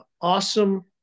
awesome